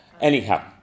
Anyhow